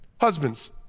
Husbands